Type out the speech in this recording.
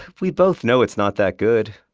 we both know it's not that good.